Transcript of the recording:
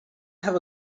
have